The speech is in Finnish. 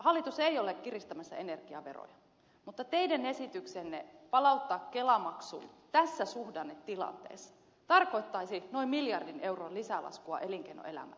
hallitus ei ole kiristämässä energiaveroja mutta teidän esityksenne palauttaa kelamaksu tässä suhdannetilanteessa tarkoittaisi noin miljardin euron lisälaskua elinkeinoelämälle